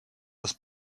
was